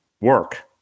work